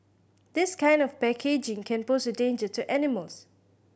this kind of packaging can pose a danger to animals